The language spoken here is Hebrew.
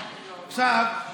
עכשיו,